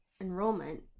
enrollment